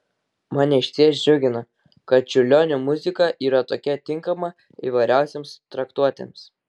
mane išties džiugina kad čiurlionio muzika yra tokia tinkama įvairiausioms traktuotėms